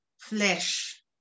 flesh